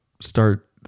start